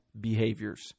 behaviors